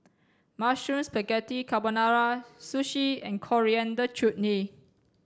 Mushroom Spaghetti Carbonara Sushi and Coriander Chutney